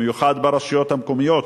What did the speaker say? במיוחד ברשויות המקומיות,